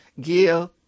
give